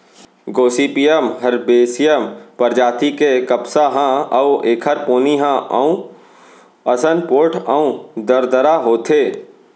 Gossypium herbaceum परजाति के कपसा ह अउ एखर पोनी ह ऊन असन पोठ अउ दरदरा होथे